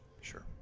Sure